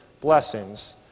blessings